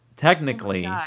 technically